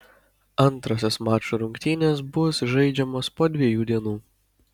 antrosios mačų rungtynės bus žaidžiamos po dviejų dienų